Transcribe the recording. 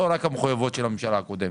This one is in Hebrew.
או רק המחוייבויות של הממשלה הקודמת?